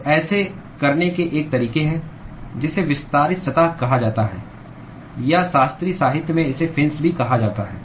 तो ऐसा करने का एक तरीका है जिसे विस्तारित सतह कहा जाता है या शास्त्रीय साहित्य में इसे फिन्स भी कहा जाता है